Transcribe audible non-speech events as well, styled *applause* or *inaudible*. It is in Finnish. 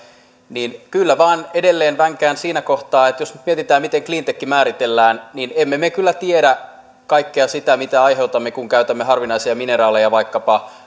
kyllä vain edelleen vänkään siinä kohtaa että jos nyt mietitään miten cleantech määritellään niin emme me kyllä tiedä kaikkea sitä mitä aiheutamme kun käytämme harvinaisia mineraaleja vaikkapa *unintelligible*